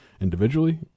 individually